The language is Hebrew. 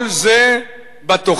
כל זה בתוכנית.